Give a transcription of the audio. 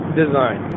design